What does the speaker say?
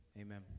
Amen